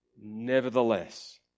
nevertheless